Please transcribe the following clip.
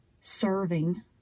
serving